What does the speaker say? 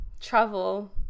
travel